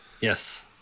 yes